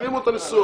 תשלימו את הניסוח.